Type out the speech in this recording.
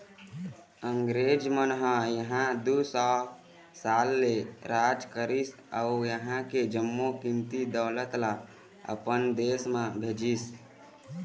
अंगरेज मन ह इहां दू सौ साल ले राज करिस अउ इहां के जम्मो कीमती दउलत ल अपन देश म भेजिस